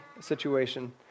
situation